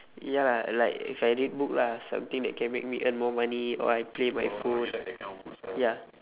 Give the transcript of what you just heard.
ya lah like if I read book lah something that can make me earn more money or I play my phone ya